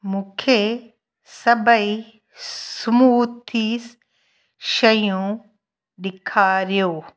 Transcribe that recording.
मूंखे सभई स्मूथीज़ शयूं ॾेखारियो